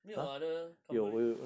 没有 other company